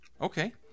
Okay